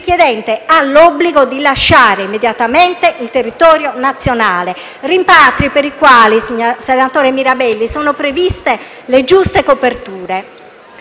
ha l'obbligo di lasciare immediatamente il territorio nazionale. Rimpatri per i quali, senatore Mirabelli, sono previste le giuste coperture.